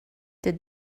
did